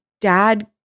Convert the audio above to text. dad